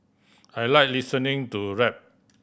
I like listening to rap